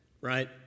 right